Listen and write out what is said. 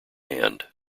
hand